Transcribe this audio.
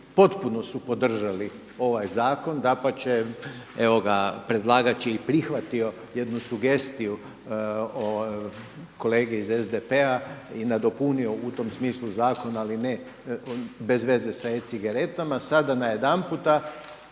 potpuno su podržali ovaj zakon, dapače, evo ga, predlagač je i prihvatio jednu sugestiju kolege iz SDP-a i nadopunio u tom smislu zakon ali ne, bez veze sa e-cigaretama, sada najedanputa